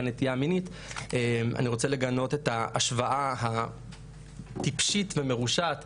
נטייה מינית ואני רוצה לגנות את ההשוואה הטיפשית והמרושעת